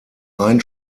ein